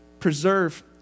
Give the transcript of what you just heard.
preserve